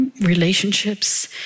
relationships